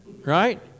right